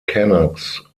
canucks